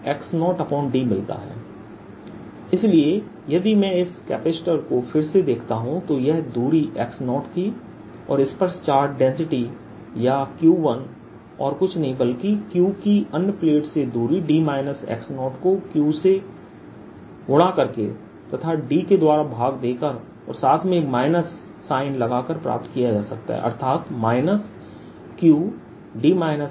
V12dVV1surface1dSV21dVV2surface1dS 0Vd xdQδr xxdVVq10 q1 Qd इसलिए यदि मैं इस कपैसिटर को फिर से देखता हूं तो यह दूरी x0 थी और इस पर चार्ज डेंसिटी या q1 और कुछ नहीं बल्कि Q की अन्य प्लेट से दूरी को Q से गुणा करके तथा d के द्वारा भाग देकर और साथ में एक माइनस साइन लगाकर प्राप्त किया जा सकता है अर्थात Qdके बराबर है